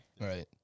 Right